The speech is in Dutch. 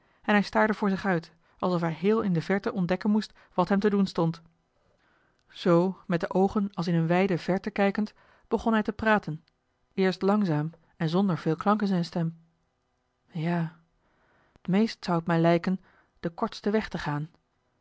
en hij staarde voor zich uit alsof hij heel in de verte ontdekken moest wat hem te doen stond zoo met de oogen als in een wijde verte kijkend begon hij te praten eerst langzaam en zonder veel klank in zijn stem ja t meest zou het mij lijken den kortsten weg te gaan